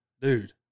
dude